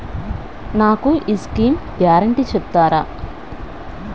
నాకు ఈ schemes guarantee చెప్తారా?